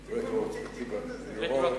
רטרואקטיבי.